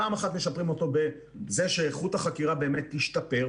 פעם אחת משפרים אותו בזה שאיכות החקירה באמת תשתפר,